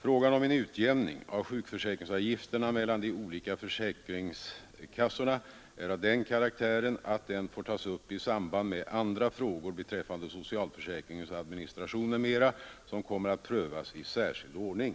Frågan om en utjämning av sjukförsäkringsavgifterna mellan de olika försäkringskassorna är av den karaktären att den får tas upp i samband med andra frågor beträffande socialförsäkringens administration m.m. som kommer att prövas i särskild ordning.